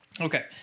Okay